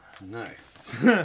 Nice